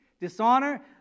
dishonor